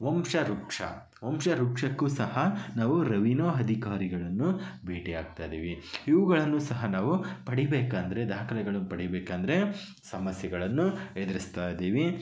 ವಂಶವೃಕ್ಷ ವಂಶವೃಕ್ಷಕ್ಕೂ ಸಹ ನಾವು ರವಿನೋ ಅಧಿಕಾರಿಗಳನ್ನು ಭೇಟಿಯಾಗ್ತಾಯಿದ್ದೀವಿ ಇವುಗಳನ್ನೂ ಸಹ ನಾವು ಪಡಿಬೇಕಂದ್ರೆ ದಾಖಲೆಗಳನ್ನು ಪಡಿಬೇಕಂದ್ರೆ ಸಮಸ್ಯೆಗಳನ್ನು ಎದುರಿಸ್ತಾಯಿದೀವಿ